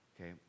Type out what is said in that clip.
Okay